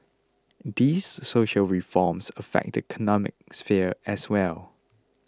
these social reforms affect the economic sphere as well